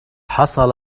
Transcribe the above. حصل